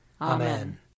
Amen